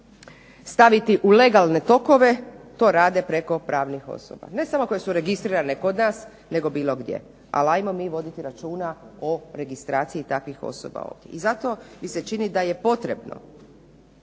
staviti u legalne tokove, to rade preko pravnih osoba. Ne samo koje su registrirane kod nas nego bilo gdje, ali ajmo mi voditi računa o registraciji takvih osoba ovdje. I zato mi se čini da je potrebno